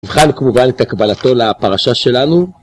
נבחן כמובן את הקבלתו לפרשה שלנו